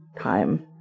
time